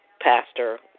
Pastor